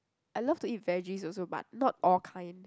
I love to eat veggies also but not all kind